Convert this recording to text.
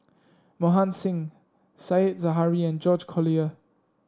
Mohan Singh Said Zahari and George Collyer